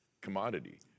commodity